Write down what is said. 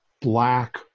black